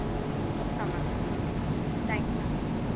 వస్తాం ma'am thank you ma'am